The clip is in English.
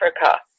Africa